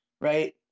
right